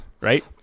right